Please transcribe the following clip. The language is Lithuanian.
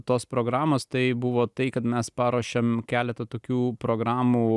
tos programos tai buvo tai kad mes paruošėm keletą tokių programų